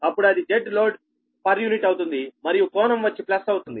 అప్పుడు అది ZLoad అవుతుంది మరియు కోణం వచ్చి ప్లస్ అవుతుంది